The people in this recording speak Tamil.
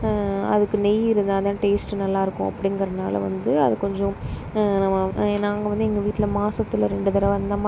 அதுக்கு நெய் இருந்தால் தான் டேஸ்டு நல்லாயிருக்கும் அப்படிங்கிறதுனால வந்து அது கொஞ்சம் நாங்கள் வந்து எங்கள் வீட்டில் மாசத்தில் ரெண்டு தடவை அந்த மாதிரி தான் செய்வோம்